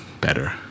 better